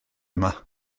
yma